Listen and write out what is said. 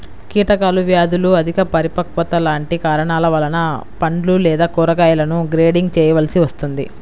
కీటకాలు, వ్యాధులు, అధిక పరిపక్వత లాంటి కారణాల వలన పండ్లు లేదా కూరగాయలను గ్రేడింగ్ చేయవలసి వస్తుంది